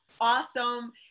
awesome